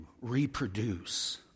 reproduce